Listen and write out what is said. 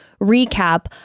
recap